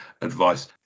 advice